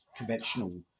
Conventional